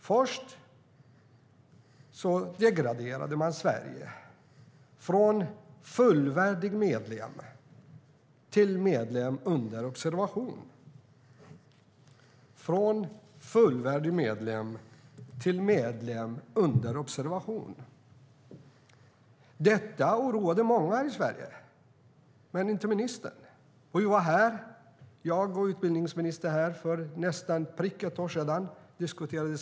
Först degraderade man Sverige från fullvärdig medlem till medlem under observation. Det oroade många i Sverige, men inte ministern. Jag och utbildningsministern diskuterade samma fråga i kammaren för nästan exakt ett år sedan.